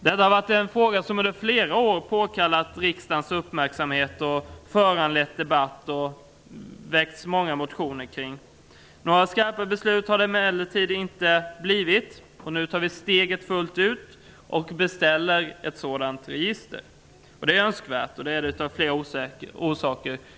Detta har varit en fråga som under flera år tilldragit sig riksdagens uppmärksamhet och föranlett debatt och många motioner. Några skarpa beslut har det emellertid inte blivit, och nu tar vi steget fullt ut och beställer ett sådant register. Det är önskvärt av flera skäl.